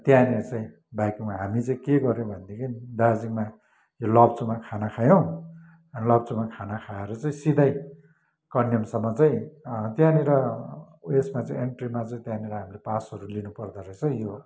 त्यहाँनिर चाहिँ बाइकमा हामी चाहिँ के गऱ्यौँ भनेदेखि दार्जिलिङमा यो लप्चूमा खाना खायौँ लप्चूमा खाना खाएर चाहिँ सिधै कन्यामसम्म चाहिँ त्यहाँनिर उयेसमा चाहिँ एन्ट्रीमा चाहिँ त्यहाँनिर हामीले पासहरू लिनु पर्दोरहेछ यो